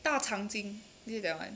大长今 is it that [one]